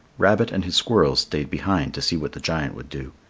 rabbit and his squirrels stayed behind to see what the giant would do.